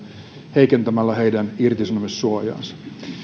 heikentämällä heidän irtisanomissuojaansa